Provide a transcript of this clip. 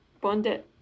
bonded